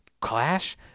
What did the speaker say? clash